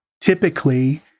typically